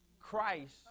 Christ